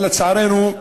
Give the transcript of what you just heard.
אבל לצערנו,